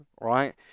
right